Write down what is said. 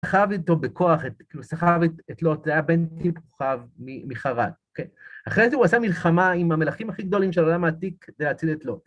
סחב איתו בכוח, כאילו סחב את לוט, זה היה בינתיים כוכב מחרן, אחרי זה הוא עשה מלחמה עם המלכים הכי גדולים של העולם העתיק, כדי להציל את לוט.